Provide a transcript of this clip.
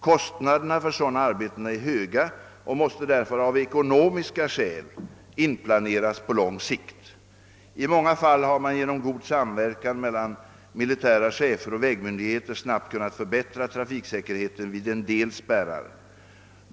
Kostnaderna för sådana arbeten är höga och måste därför av ekonomiska skäl inplaneras på lång sikt. I många fall har man genom god samverkan mellan militära chefer och vägmyndigheter snabbt kunnat förbättra trafiksäkerheten vid en del spärrar.